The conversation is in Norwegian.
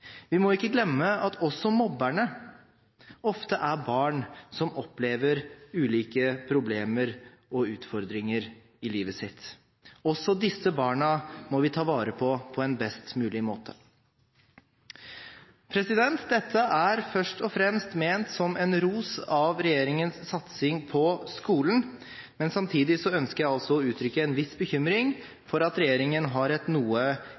Vi må ikke glemme at også mobberne ofte er barn som opplever ulike problemer og utfordringer i livet sitt. Også disse barna må vi ta vare på på en best mulig måte. Dette er først og fremst ment som en ros av regjeringens satsing på skolen, men samtidig ønsker jeg altså å uttrykke en viss bekymring for at regjeringen har et noe